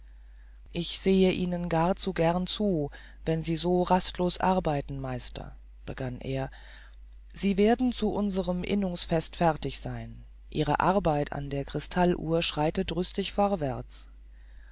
ich sehe ihnen gar zu gern zu wenn sie so rastlos arbeiten meister begann er sie werden zu unserem innungsfest fertig sein ihre arbeit an der krystall uhr schreitet rüstig vorwärts